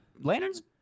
Lantern's